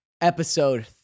episode